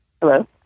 Hello